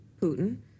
Putin